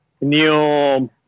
new